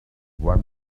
one